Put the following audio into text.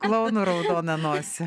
klouno raudoną nosį